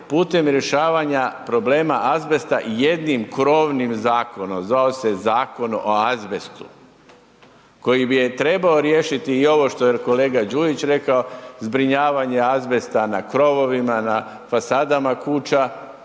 putem rješavanja problema azbesta i jednim krovnim zakonom, zvao se Zakon o azbestu koji bi je trebao riješiti i ovo što je kolega Đujić rekao, zbrinjavanje azbesta na krovovima, na fasadama kuća,